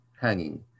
hanging